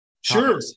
sure